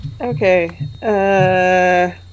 Okay